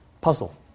puzzle